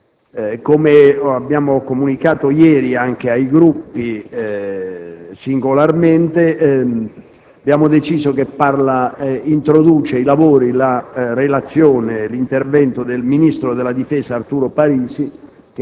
Come abbiamo comunicato ieri, anche ai Gruppi singolarmente, abbiamo deciso che introdurrà i lavori l'intervento del ministro della difesa Arturo Parisi,